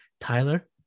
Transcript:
Tyler